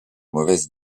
mauvaise